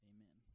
Amen